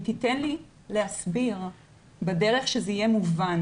אם תיתן לי להסביר בדרך שזה יהיה מובן.